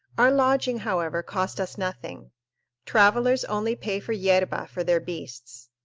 our lodging, however, cost us nothing travelers only pay for yerba for their beasts.